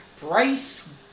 Bryce